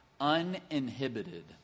uninhibited